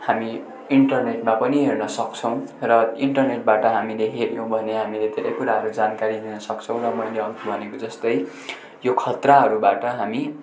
हामी इन्टरनेटमा पनि हेर्न सक्छौँ र इन्टरनेटबाट हामीले हेर्नु हो भने हामीले धेरै कुरा जानकारी लिन सक्छौँ र मैले अघि भनेको जस्तै यो खतराहरूबाट हामी